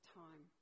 time